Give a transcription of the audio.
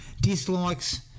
Dislikes